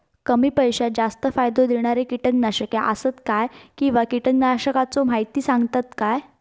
कमी पैशात जास्त फायदो दिणारी किटकनाशके आसत काय किंवा कीटकनाशकाचो माहिती सांगतात काय?